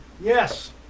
Yes